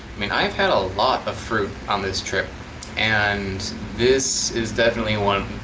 mean i've had a lot of fruit on this trip and this is definitely one,